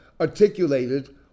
articulated